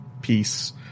Peace